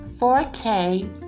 4K